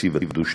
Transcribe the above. התקציב הדו-שנתי.